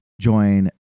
join